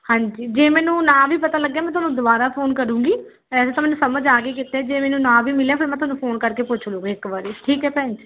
ਹਾਂਜੀ ਜੇ ਮੈਨੂੰ ਨਾ ਵੀ ਪਤਾ ਲੱਗਿਆ ਮੈਂ ਤੁਹਾਨੂੰ ਦੁਬਾਰਾ ਫੋਨ ਕਰੂੰਗੀ ਵੈਸੇ ਤਾਂ ਮੈਨੂੰ ਸਮਝ ਆ ਗਈ ਕਿੱਥੇ ਜੇ ਮੈਨੂੰ ਨਾ ਵੀ ਮਿਲਿਆ ਫਿਰ ਮੈਂ ਤੁਹਾਨੂੰ ਫੋਨ ਕਰਕੇ ਪੁੱਛ ਲੂੰਗੀ ਇੱਕ ਵਾਰ ਠੀਕ ਆ ਭੈਣ ਜੀ